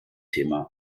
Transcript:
thema